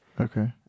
Okay